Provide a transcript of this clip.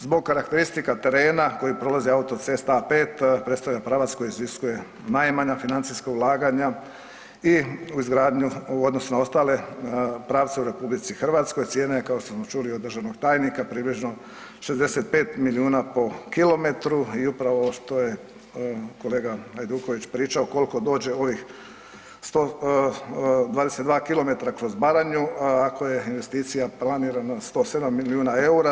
Zbog karakteristika terena kojim prolazi autocesta A5 predstavlja pravac koji iziskuje najmanja financijska ulaganja i izgradnju u odnosu na ostale pravce u Republici Hrvatskoj ocijenjena je kao što smo čuli od državnog tajnika približno 65 milijuna po kilometru i upravo što je kolega Hajduković pričao koliko dođe ovih 22 kilometra kroz Baranju ako je investicija planirana 107 milijuna eura.